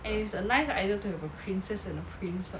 eh it's a nice idea to have a princess and prince